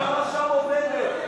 כי המשטרה שם עובדת.